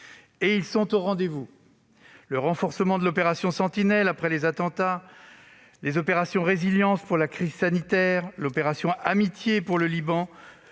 et ils sont au rendez-vous : le renforcement de l'opération Sentinelle après les attentats, les opérations Résilience pour la crise sanitaire, l'opération Amitié pour le Liban